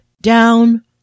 down